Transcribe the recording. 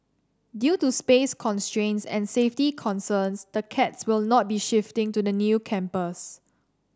due to space constraints and safety concerns the cats will not be shifting to the new campus